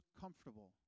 comfortable